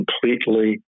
completely